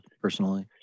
personally